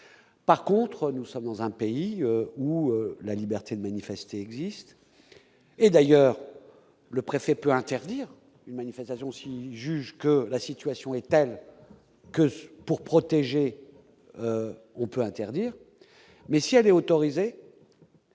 Par contre, nous sommes dans un pays où la liberté de manifester existe et d'ailleurs, le préfet peut interdire une manifestation s'il juge que la situation est telle que pour protéger, on peut interdire mais si elle est autorisée.